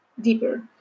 deeper